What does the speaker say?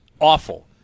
Awful